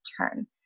turn